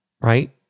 right